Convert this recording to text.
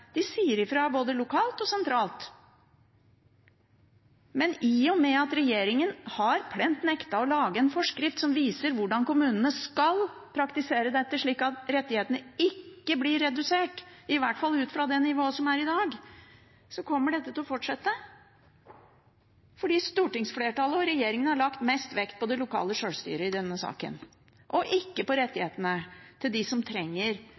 De sier fra både lokalt og sentralt. Men i og med at regjeringen plent har nektet å lage en forskrift som viser hvordan kommunene skal praktisere dette, slik at rettighetene ikke blir redusert, i hvert fall ut fra det nivået som er i dag, kommer dette til å fortsette, fordi stortingsflertallet og regjeringen har lagt mest vekt på det lokale sjølstyret i denne saken, ikke på rettighetene til dem som trenger